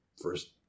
First